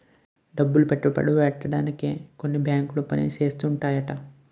డబ్బులను పెట్టుబడి పెట్టడానికే కొన్ని బేంకులు పని చేస్తుంటాయట